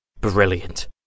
Brilliant